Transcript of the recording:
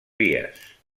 vies